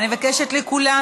אני מבקשת מכולם